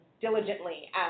diligently